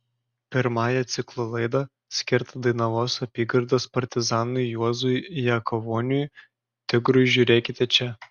pirmąją ciklo laidą skirtą dainavos apygardos partizanui juozui jakavoniui tigrui žiūrėkite čia